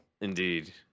Indeed